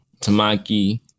Tamaki